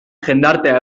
jendartea